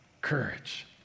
courage